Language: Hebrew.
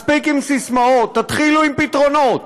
מספיק עם סיסמאות, תתחילו עם פתרונות.